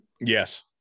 Yes